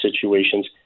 situations